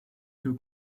two